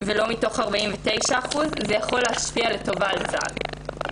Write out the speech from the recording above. ולא מתוך 49% זה יכול להשפיע לטובה על צה"ל.